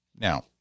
Now